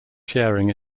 sharing